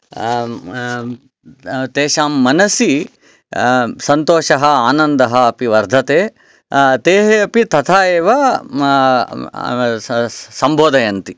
तेषां मनसि सन्तोषः आनन्दः अपि वर्धते ते अपि तथा एव सम्बोधयन्ति